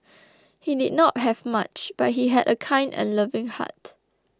he did not have much but he had a kind and loving heart